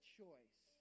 choice